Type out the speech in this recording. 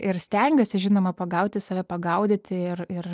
ir stengiuosi žinoma pagauti save pagaudyti ir ir